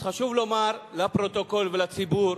אז חשוב לומר לפרוטוקול ולציבור